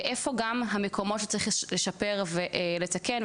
ואיפה גם המקומות שצירך לשפר ולתקן.